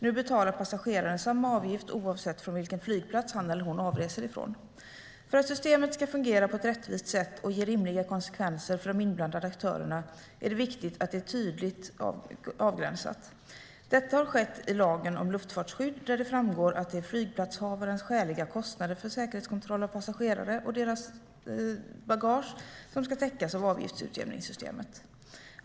Nu betalar passageraren samma avgift oavsett vilken flygplats han eller hon avreser från. För att systemet ska fungera på ett rättvist sätt och ge rimliga konsekvenser för de inblandade aktörerna är det viktigt att det är tydligt avgränsat. Detta har skett i lagen om luftfartsskydd där det framgår att det är flygplatshavarnas skäliga kostnader för säkerhetskontroll av passagerare och deras bagage som ska täckas av avgiftsutjämningssystemet.